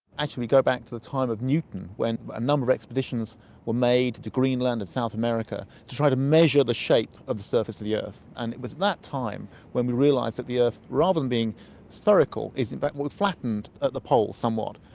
actually go back to the time of newton when a number of expeditions were made to greenland and south america to try to measure the shape of the surface of the earth, and it was that time when we realised that the earth, rather than being spherical is in fact more flattened at the poles somewhat.